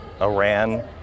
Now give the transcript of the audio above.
Iran